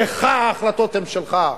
בך, ההחלטות הן שלך.